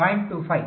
25 3